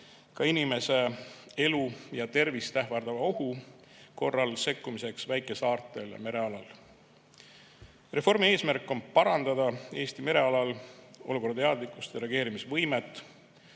ka inimese elu ja tervist ähvardava ohu korral sekkumiseks väikesaartel ja merealal. Reformi eesmärk on parandada Eesti merealal olukorrateadlikkust ja reageerimisvõimet,